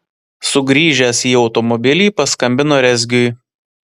sugrįžęs į automobilį paskambino rezgiui